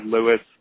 Lewis